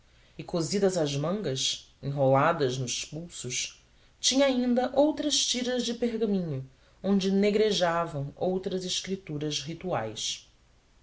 e cozidas às mangas enroladas nos pulsos tinha ainda outras tiras de pergaminho onde negrejavam outras escrituras rituais